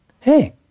hey